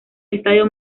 estadio